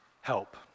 Help